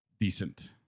decent